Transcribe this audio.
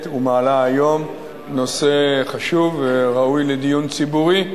ומעלה היום נושא חשוב וראוי לדיון ציבורי.